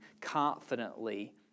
confidently